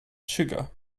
sugar